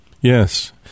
Yes